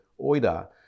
oida